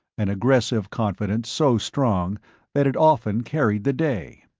an aggressive confidence so strong that it often carried the day.